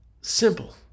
simple